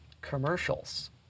commercials